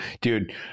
dude